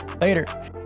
later